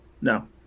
No